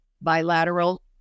bilateral